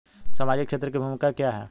सामाजिक क्षेत्र की भूमिका क्या है?